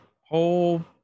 whole